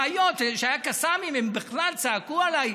בעיות, כשהיו קסאמים הם בכלל צעקו עליי.